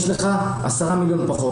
יש לך 10 מיליון פחות,